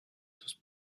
sus